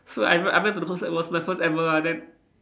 so I I went to the concert it was my first ever lah then